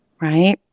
Right